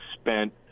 spent